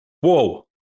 Whoa